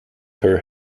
her